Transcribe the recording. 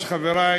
רציפות.